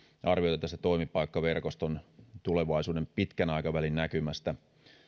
arviota toimipaikkaverkoston tulevaisuuden pitkän aikavälin näkymästä